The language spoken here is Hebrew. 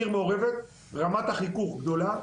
בעיר מעורבת רמת החיכוך היא גדולה,